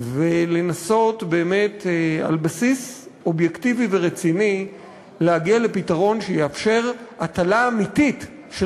ולנסות על בסיס אובייקטיבי ורציני להגיע לפתרון שיאפשר הטלה אמיתית של